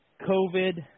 COVID